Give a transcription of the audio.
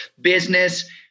business